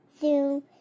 zoom